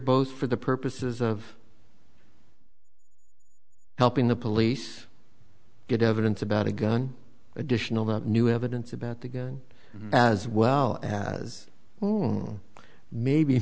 both for the purposes of helping the police get evidence about a gun additional the new evidence about the gun as well as well maybe